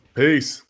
peace